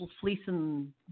fleecing